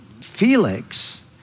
Felix